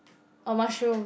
uh mushroom